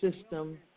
system